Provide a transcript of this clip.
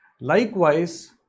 Likewise